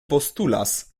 postulas